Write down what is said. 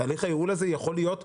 תהליך הייעול הזה יכול להיות קשיח,